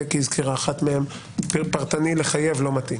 בקי הזכירה אחת מהן - פרטני לחייב לא מתאים.